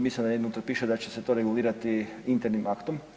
Mislim da unutra piše da će se to regulirati internim aktom.